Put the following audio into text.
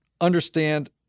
understand